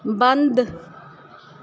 बंद